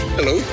Hello